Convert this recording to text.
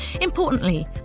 Importantly